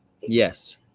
yes